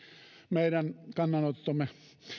meidän kannanottomme